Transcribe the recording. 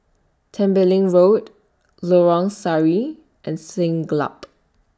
Tembeling Road Lorong Sari and Siglap